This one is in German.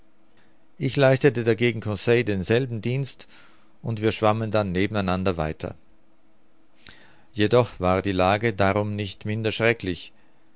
ich leistete dagegen conseil denselben dienst und wir schwammen dann nebeneinander weiter jedoch war die lage darum nicht minder